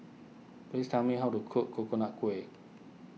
please tell me how to cook Coconut Kuih